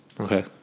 Okay